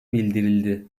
bildirildi